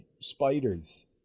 spiders